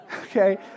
okay